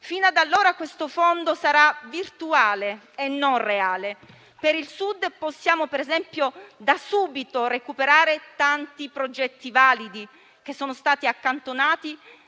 Fino ad allora questo Fondo sarà virtuale e non reale. Per il Sud possiamo - per esempio - da subito recuperare tanti progetti validi che sono stati accantonati